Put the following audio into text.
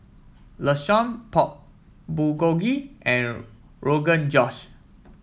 Lasagne Pork Bulgogi and Rogan Josh